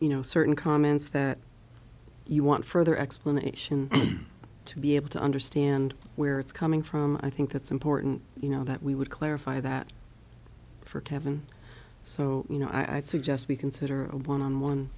you know certain comments that you want further explanation to be able to understand where it's coming from i think that's important you know that we would clarify that for kevin so you know i'd suggest we consider a one on one